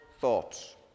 thoughts